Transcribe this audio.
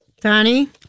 donnie